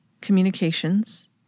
communications